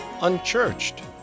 unchurched